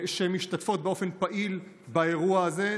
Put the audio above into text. שמשתתפות באופן פעיל באירוע הזה.